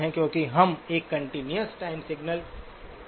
क्योंकि हम एक कंटीन्यूअस टाइम सिग्नल का सैंपल ले रहे हैं